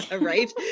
right